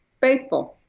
faithful